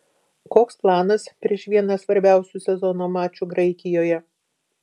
koks planas prieš vieną svarbiausių sezono mačų graikijoje